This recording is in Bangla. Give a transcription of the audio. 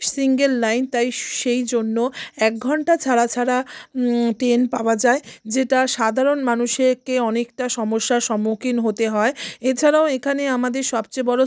সিঙ্গল লাইন তাই সেই জন্য এক ঘণ্টা ছাড়া ছাড়া ট্রেন পাওয়া যায় যেটা সাধারণ মানুষকে অনেকটা সমস্যার সম্মুখীন হতে হয় এছাড়াও এখানে আমাদের সবচেয়ে বড়